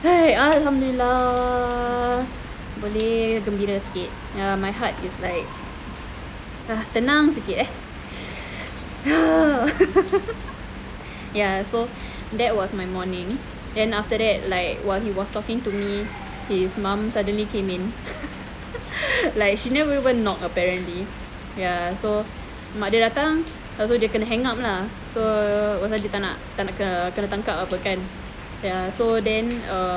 alhamdulillah boleh gembira sikit ya my heart is like tenang sikit ya so that was my morning then after that like while he was talking to me his mum suddenly came in like she never in knock apparently ya so mak dia datang pastu dia kena hang up lah so pasal dia tak nak tak nak kena kena tangkap ke apa kan so then err